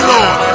Lord